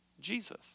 Jesus